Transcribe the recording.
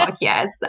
yes